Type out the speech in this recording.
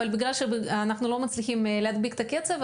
אבל בגלל שאנחנו לא מצליחים להדביק את הקצב,